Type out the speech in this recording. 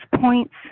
points